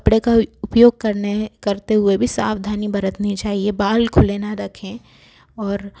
कपड़े का उपयोग करने करते हुए भी सावधानी बरतनी चाहिए बाल खुले ना रखें और